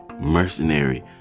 mercenary